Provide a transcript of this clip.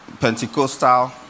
Pentecostal